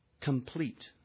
complete